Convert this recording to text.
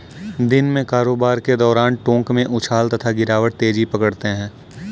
दिन में कारोबार के दौरान टोंक में उछाल तथा गिरावट तेजी पकड़ते हैं